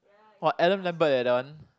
!wah! Adam-Lambert eh that one